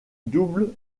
double